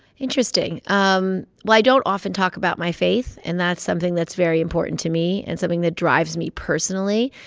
interesting. um well, i don't often talk about my faith, and that's something that's very important to me and something that drives me personally.